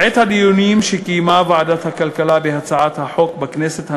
בעת הדיונים שקיימה ועדת הכלכלה בהצעת החוק בכנסת הנוכחית,